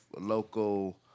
local